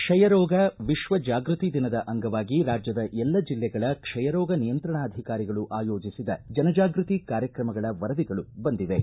ಕ್ಷಯ ರೋಗ ವಿಶ್ವ ಜಾಗೃತಿ ದಿನದ ಅಂಗವಾಗಿ ರಾಜ್ಯದ ಎಲ್ಲ ಜಿಲ್ಲೆಗಳ ಕ್ಷಯ ರೋಗ ನಿಯಂತ್ರಣಾಧಿಕಾರಿಗಳು ಆಯೋಜಿಸಿದ ಜನ ಜಾಗೃತಿ ಕಾರ್ಯಕ್ರಮಗಳ ವರದಿಗಳು ಬಂದಿವೆ